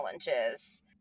challenges